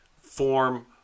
form